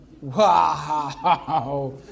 Wow